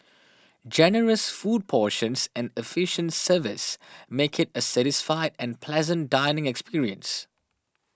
generous food portions and efficient service make it a satisfied and pleasant dining experience